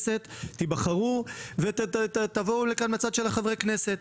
תיבחרו לכנסת ותבואו לכאן מהצד של חברי הכנסת.